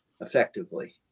effectively